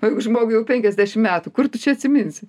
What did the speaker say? o juk žmogui jau penkiasdešim metų kur tu čia atsiminsi